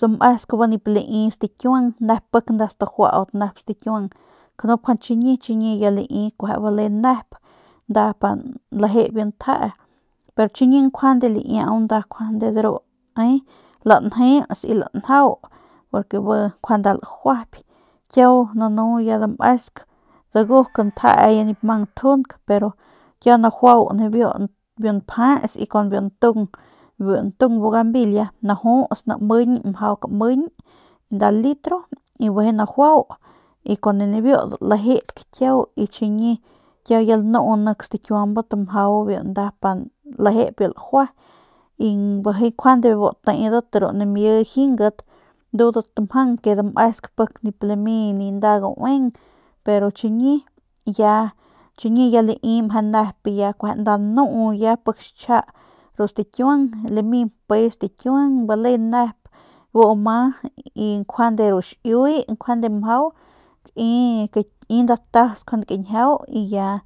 dameusk bi nip lai stikiuang nep nda stajuaut nep stikiuang nup nkjuande chiñi chiñi ya lami bale nep nda pa nleje biu njee pero chiñi njuande laiau nda de ru ne lanjeus y lanjau purke bi njuande nda gajuyp kiaunanu daguk njee ya nip mang njunk pero kiau najuau biu npjets y kun biu ntung bugambilia najuts namiñ mjau kamiñ nda litro y bijiy najuau y kun nibiu dalejedk kiau y chiñi kiau ya lanu nep stakiuabat mjau pa nda lajue y bijiy njuande bijiy bu tedat ru namidat jingat ndudat mjang ke damesk nip lami ni nda gaueng pero chiñi chiñi ya lami meje nep ya kueje nda nuu pik chja ru stakiung lame mpe stakiuang bale nep bu ama njuande ru xiiuy njuande mjau kai nda tas njuande kañjiau ya.